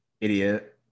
idiot